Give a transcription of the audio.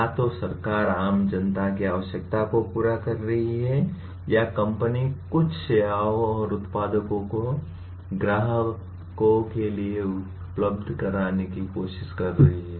या तो सरकार आम जनता की आवश्यकता को पूरा कर रही है या कंपनी कुछ सेवाओं और उत्पादों को ग्राहकों के लिए उपलब्ध कराने की कोशिश कर रही है